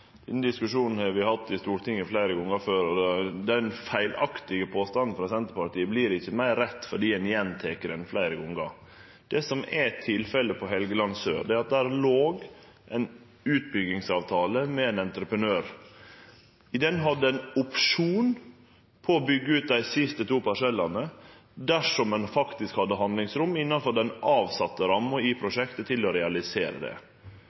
Den diskusjonen har vi hatt i Stortinget fleire gonger før, og den feilaktige påstanden frå Senterpartiet vert ikkje meir rett om ein gjentek han fleire gonger. Det som er tilfellet med Helgeland sør, er at der låg det ein utbyggingsavtale med ein entreprenør. I den hadde ein opsjon på å byggje ut dei siste to parsellane dersom ein hadde handlingsrom innanfor den avsette ramma i prosjektet til å realisere det.